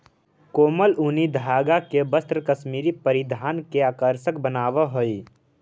कोमल ऊनी धागा के वस्त्र कश्मीरी परिधान के आकर्षक बनावऽ हइ